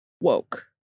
woke